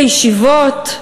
לישיבות?